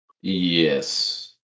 Yes